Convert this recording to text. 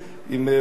בוגי,